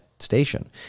station